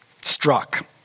struck